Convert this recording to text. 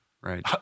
right